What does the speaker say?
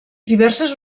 diverses